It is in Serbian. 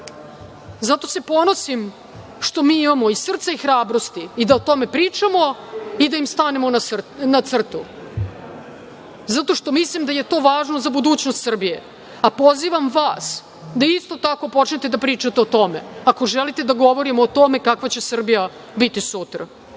se ponosim što mi imamo i srce i hrabrosti da o tome pričamo i da im stanemo na crtu, zato što mislim da je to važno za budućnost Srbije. Pozivam vas da isto tako počnete da pričate o tome, ako želimo da govorimo o tome kakva će Srbija biti sutra.